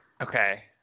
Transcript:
Okay